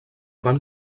van